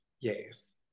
Yes